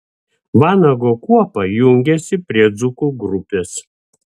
vanago kuopa jungiasi prie dzūkų grupės